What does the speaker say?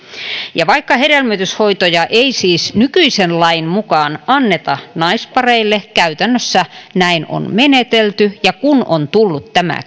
ja vaikka hedelmöityshoitoja ei siis nykyisen lain mukaan anneta naispareille käytännössä näin on menetelty ja kun on tullut tämä